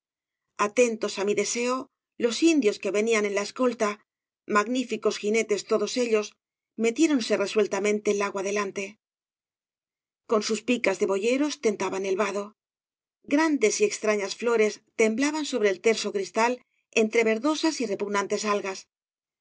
atentos á mi deseo los indios que venían en la escolta magníficos jinetes todos ellos metiéronse resueltamente lago adelante con sus picas de boyeros tentaban el vado grandes y extrañas flores temblaban sobre el terso cristal entre verdosas y repugnantes algas